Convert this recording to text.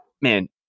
man